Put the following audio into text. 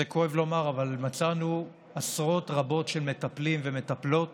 זה כואב לומר, מצאנו עשרות רבות של מטפלים ומטפלות